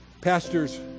pastor's